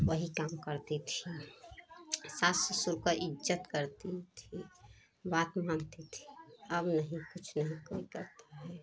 वही काम करती थी सास ससुर का इज्ज़त करती थीं बात मानती थीं अब नहीं कुछ नहीं कोई करता है